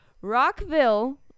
Rockville